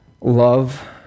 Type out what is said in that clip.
love